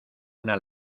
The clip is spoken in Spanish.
una